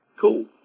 Cool